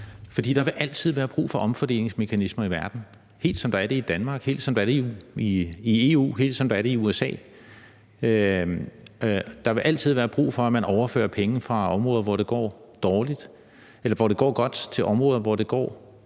der vil altid være brug for omfordelingsmekanismer i verden, helt som der er det i Danmark, helt som der er det i EU, helt som der er det i USA. Der vil altid være brug for, at man overfører penge fra områder, hvor det går godt, til områder, hvor det går